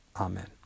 Amen